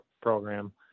program